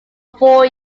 four